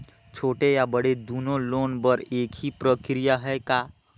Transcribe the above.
छोटे या बड़े दुनो लोन बर एक ही प्रक्रिया है का?